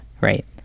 right